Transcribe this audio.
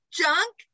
junk